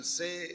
say